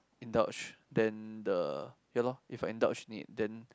indulge then the ya lor if I indulge in it then